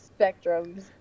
spectrums